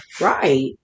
right